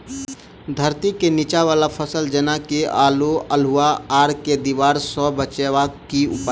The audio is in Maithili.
धरती केँ नीचा वला फसल जेना की आलु, अल्हुआ आर केँ दीवार सऽ बचेबाक की उपाय?